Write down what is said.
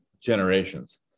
generations